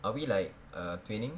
are we like err twining